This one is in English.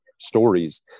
stories